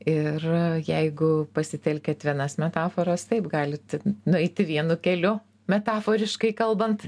ir jeigu pasitelkiat vienas metaforas taip galit nueiti vienu keliu metaforiškai kalbant